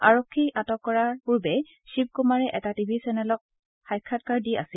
আৰক্ষীয়ে আটক কৰাৰ পূৰ্বে শিৱ কুমাৰে এটা টিভি চেনেলক সাক্ষাৎকাৰ দি আছিল